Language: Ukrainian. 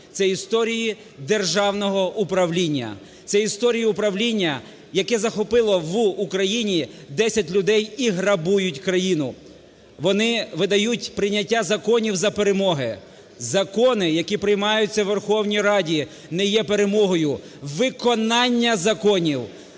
Це історії державного управління. Це історії управління, яке захопило в Україні 10 людей і грабують країну. Вони видають прийняття законів за перемоги. Закони, які приймаються у Верховній Раді, не є перемогою. Виконання законів,